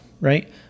Right